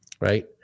Right